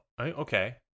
okay